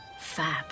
fab